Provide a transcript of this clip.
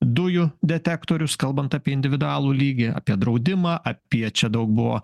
dujų detektorius kalbant apie individualų lygį apie draudimą apie čia daug buvo